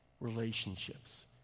relationships